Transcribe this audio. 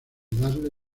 darle